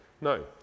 No